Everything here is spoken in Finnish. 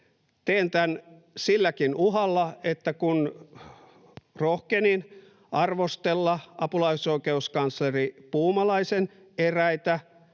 Teen tämän silläkin uhalla, että kun rohkenin arvostella apulaisoikeuskansleri Puumalaisen eräitä